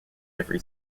every